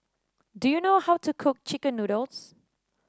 do you know how to cook chicken noodles